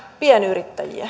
pienyrittäjiä